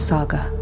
Saga